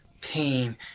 pain